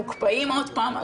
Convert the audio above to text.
מוקפאים עוד פעם.